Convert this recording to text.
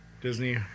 Disney